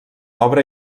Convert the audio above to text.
obra